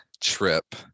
trip